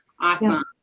awesome